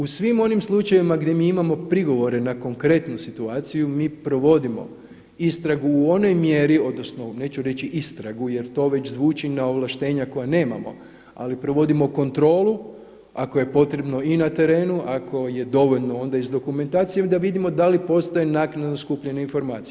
U svim onim slučajevima gdje mi imamo prigovore na konkretnu situaciju, mi provodimo istragu u onoj mjeri odnosno neću reći istragu jer to već zvuči na ovlaštenja koja nemamo, ali provodimo kontrolu ako je potrebno i na terenu, ako je dovoljno onda iz dokumentacije da vidimo da li postoji naknadno skupljena informacija.